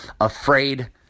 afraid